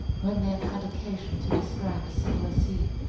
when they have had occasion to describe a similar scene,